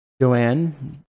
Joanne